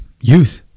youth